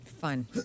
Fun